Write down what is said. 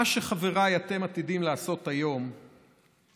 מה שאתם, חבריי, עתידים לעשות היום זה